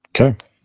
Okay